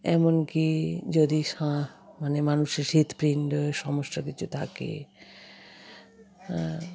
এমন কি যদি সাঁ মানে মানুষের হৃদপিণ্ডর সমস্যা কিছু থাকে হ্যাঁ